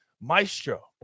maestro